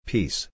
Peace